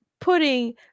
putting